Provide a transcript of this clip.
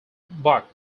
balked